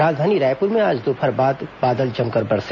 राजधानी रायपुर में आज दोपहर बाद बादल जमकर बरसे